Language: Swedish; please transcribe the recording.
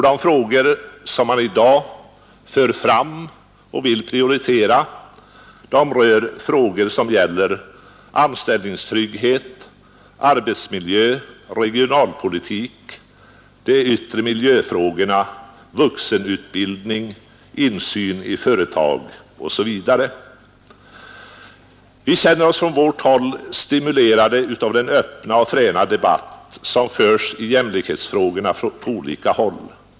De frågor som man i dag för fram och vill prioritera är anställningstryggheten, arbetsmiljön, regionalpolitiken, den yttre miljön, vuxenutbildningen, insynen i företag osv. Vi känner oss från vårt håll stimulerade av den öppna och fräna debatt som på olika håll förs i jämlikhetsfrågorna.